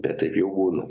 bet taip jau būna